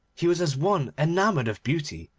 he was as one enamoured of beauty,